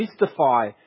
mystify